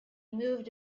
moved